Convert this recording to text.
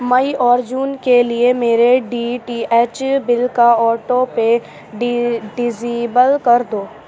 مئی اور جون کے لیے میرے ڈی ٹی ایچ بل کا آٹو پے ڈی ڈزیبل کر دو